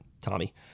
Tommy